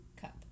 cup